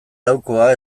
laukoa